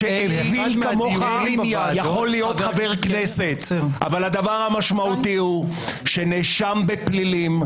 שאוויל כמוך יכול להיות חבר כנסת אבל העובדה היא שנאשם בפלילים,